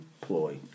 ploy